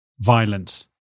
violence